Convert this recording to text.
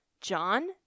John